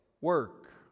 work